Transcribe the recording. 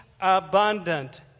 abundant